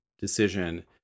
decision